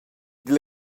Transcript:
dil